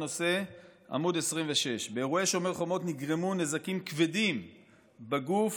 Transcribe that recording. עמ' 26: "באירועי שומר החומות נגרמו נזקים כבדים בגוף